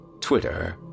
Twitter